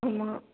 ஆமாம்